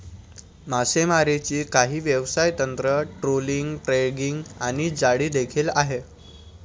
मासेमारीची काही व्यवसाय तंत्र, ट्रोलिंग, ड्रॅगिंग आणि जाळी देखील आहे